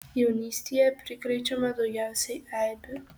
jaunystėje prikrečiama daugiausiai eibių